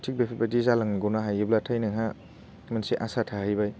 थिक बेफोरबायदि जालांग'नो हायोब्लाथाय नोंहा मोनसे आसा थाहैबाय